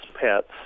pets